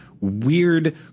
weird